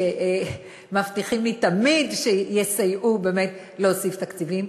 שמבטיחים לי תמיד שיסייעו להוסיף תקציבים.